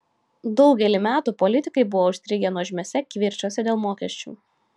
daugelį metų politikai buvo užstrigę nuožmiuose kivirčuose dėl mokesčių